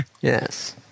Yes